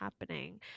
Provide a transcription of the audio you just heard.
happening